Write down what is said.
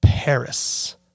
Paris